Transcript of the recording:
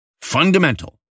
fundamental